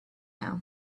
now